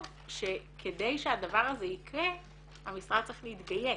שכדי שהדבר הזה יקרה המשרד צריך להתגייס.